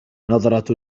نظرت